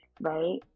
right